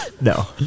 No